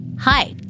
Hi